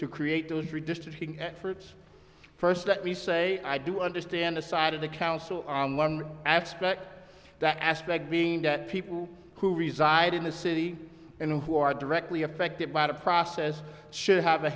efforts first let me say i do understand the side of the council on one aspect that aspect being that people who reside in the city and who are directly affected by the process should have a